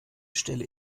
stelle